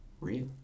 real